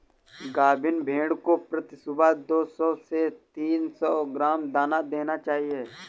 गाभिन भेड़ को प्रति सुबह दो सौ से तीन सौ ग्राम दाना देना चाहिए